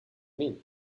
mean